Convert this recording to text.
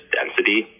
density